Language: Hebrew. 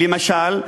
למשל,